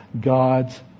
God's